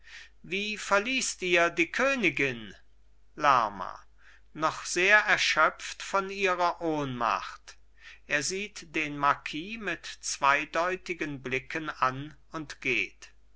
wie verließt ihr die königin lerma noch sehr erschöpft von ihrer ohnmacht er sieht den marquis mit zweideutigen blicken an und geht